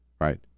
right